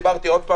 דיברתי איתו שוב.